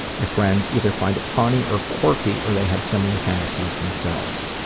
my friends either find it funny or quirky or they have similar fantasies themselves.